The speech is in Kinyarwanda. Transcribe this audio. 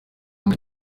muri